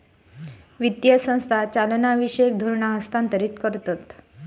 वित्तीय संस्था चालनाविषयक धोरणा हस्थांतरीत करतत